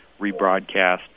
rebroadcast